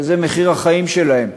שזה מחיר החיים שלהם,